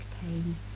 pain